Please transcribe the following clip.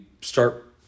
start